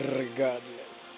regardless